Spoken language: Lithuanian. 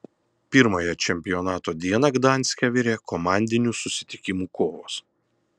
pirmąją čempionato dieną gdanske virė komandinių susitikimų kovos